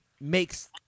makes